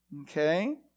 okay